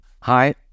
Hi